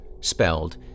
spelled